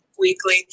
weekly